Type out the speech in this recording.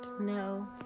no